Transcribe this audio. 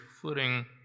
footing